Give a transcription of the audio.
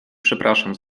przepraszam